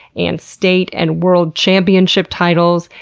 and state and world championship titles.